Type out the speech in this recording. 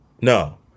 No